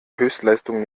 höchstleistung